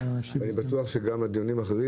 אני בטוח שגם הדיונים האחרים,